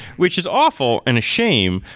which is awful and a shame,